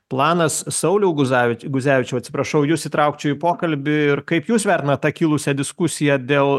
planas sauliau guzavi guzevičiau atsiprašau jus įtraukčiau į pokalbį ir kaip jūs vertinat tą kilusią diskusiją dėl